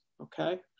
okay